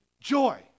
joy